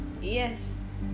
Yes